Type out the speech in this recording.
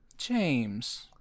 James